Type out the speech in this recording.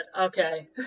okay